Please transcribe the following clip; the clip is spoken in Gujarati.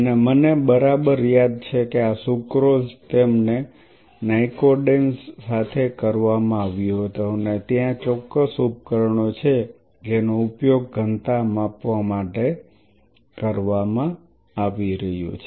અને મને બરાબર યાદ છે કે આ સુક્રોઝ તેમજ નાયકોડેન્ઝ સાથે કરવામાં આવ્યું હતું અને ત્યાં ચોક્કસ ઉપકરણો છે જેનો ઉપયોગ ઘનતા માપવા માટે કરવામાં આવી રહ્યું છે